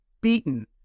beaten